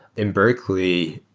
in berkeley,